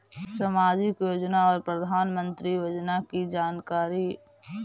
समाजिक योजना और प्रधानमंत्री योजना की जानकारी?